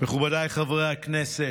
מכובדיי חברי הכנסת,